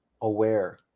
aware